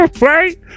right